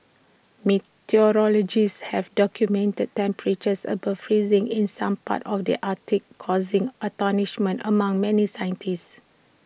meteorologists have documented temperatures above freezing in some parts of the Arctic causing astonishment among many scientists